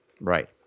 Right